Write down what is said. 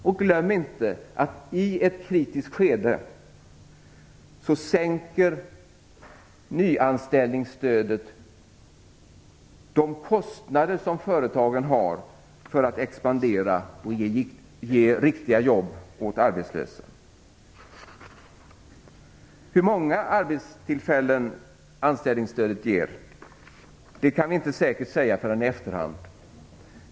Och glöm inte att i ett kritiskt skede sänker nyanställningsstödet de kostnader som företagen har för att expandera och ge arbetslösa riktiga jobb! Hur många arbetstillfällen anställningsstödet ger kan vi inte säkert säga förrän i efterhand.